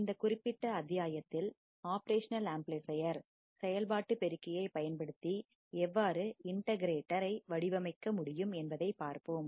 இந்த குறிப்பிட்ட அத்தியாயத்தில் ஒப்ரேஷனல் ஆம்ப்ளிபையர் செயல்பாட்டுப் பெருக்கி ஐ பயன்படுத்தி எவ்வாறு இன்டகிரேட்டர் ஒருங்கிணைப்பான் ஐ வடிவமைக்க முடியும் என்பதை பார்ப்போம்